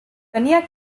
tenia